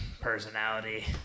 personality